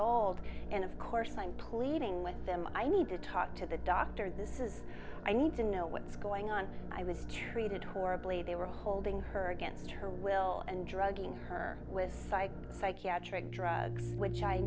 old and of course i'm pleading with them i need to talk to the doctor this is i need to know what's going on i was treated horribly they were holding her against her will and drugging her with psych psychiatric drugs which i